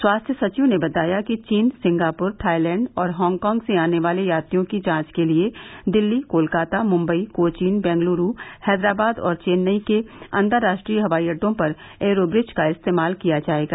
स्वास्थ्य सचिव ने बताया कि चीन सिंगापुर थाइलैंड और हांगकांग से आने वाले यात्रियों की जांच के लिए दिल्ली कोलकाता मुम्बई कोचीन बेंगलूरू हैदराबाद और चेन्नई के अंतरराष्ट्रीय हवाईअड्डों पर एयरो ब्रिज का इस्तेमाल किया जाएगा